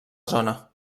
zona